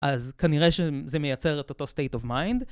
אז כנראה שזה מייצר את אותו state of mind.